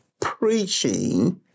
preaching